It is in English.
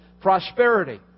prosperity